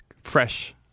fresh